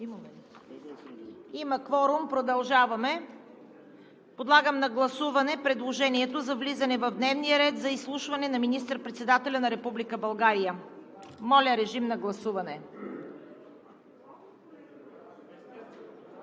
Има кворум, продължаваме. Подлагам на гласуване предложението за влизане в дневния ред за изслушване на министър-председателя на Република България. Колегите, които гласуват